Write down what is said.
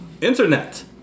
Internet